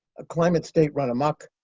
a climate state run amuck,